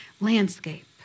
landscape